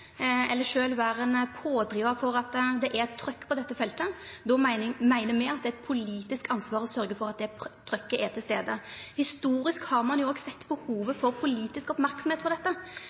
for at det er eit trykk på dette feltet. Då meiner me at det er eit politisk ansvar å sørgja for at det trykket er til stades. Ein har også sett behovet for politisk merksemd på dette,